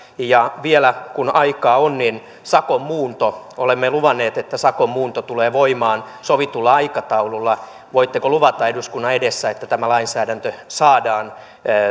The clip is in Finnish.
ja vielä kun aikaa on sakon muunto olemme luvanneet että sakon muunto tulee voimaan sovitulla aikataululla voitteko luvata eduskunnan edessä että tämä lainsäädäntö saadaan